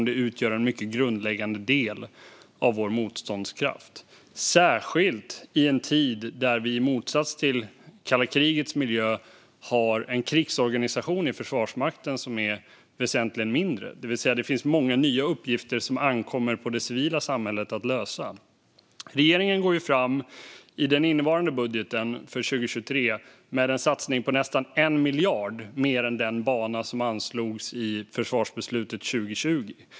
Det utgör en mycket grundläggande del av vår motståndskraft, särskilt i en tid då vi i motsats till i kalla krigets miljö har en krigsorganisation i Försvarsmakten som är väsentligt mindre. Det innebär att det finns många nya uppgifter som ankommer på det civila samhället att lösa. Regeringen går i den innevarande budgeten för 2023 fram med en satsning på nästan 1 miljard mer än den bana som anslogs i försvarsbeslutet 2020.